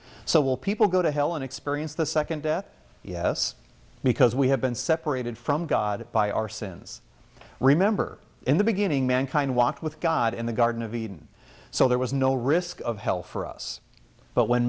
so will people go to hell and experience the second death yes because we have been separated from god by our sins remember in the beginning mankind walked with god in the garden of eden so there was no risk of hell for us but when